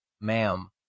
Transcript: ma'am